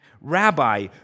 Rabbi